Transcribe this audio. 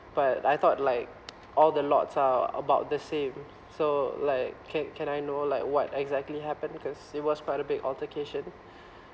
but I thought like all the lots are about the same so like can can I know like what exactly happened because it was quite a big altercation